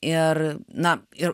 ir na ir